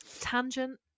tangent